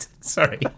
Sorry